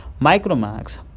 Micromax